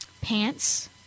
pants